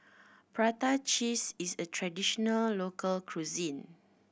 prata cheese is a traditional local cuisine